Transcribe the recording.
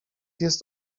jest